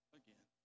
again